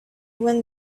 wind